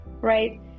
right